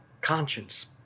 conscience